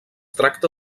tracta